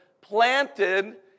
planted